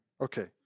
Okay